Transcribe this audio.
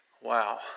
Wow